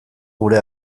gure